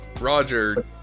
roger